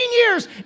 years